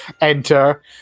enter